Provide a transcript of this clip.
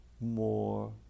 more